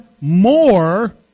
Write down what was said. more